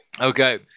okay